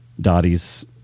Dottie's